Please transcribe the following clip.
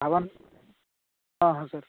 ଆଜ୍ଞା ହଁ ହଁ ସାର୍